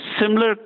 similar